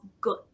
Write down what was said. good